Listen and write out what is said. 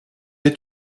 est